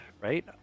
right